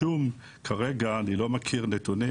אני לא מכיר נתונים,